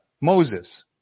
Moses